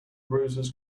roses